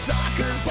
Soccer